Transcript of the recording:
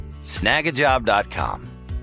Snagajob.com